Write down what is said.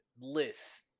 list